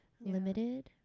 limited